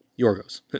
Yorgos